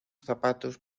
zapatos